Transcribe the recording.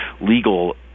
legal